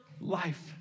life